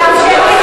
תאפשר לי,